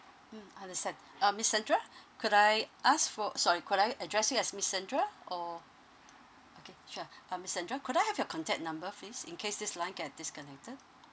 mm understand uh miss sandra could I ask for sorry could I address you as miss sandra or okay sure uh miss sandra could I have your contact number please in case this line get disconnected